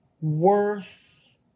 worth